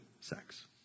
sex